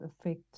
affect